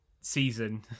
season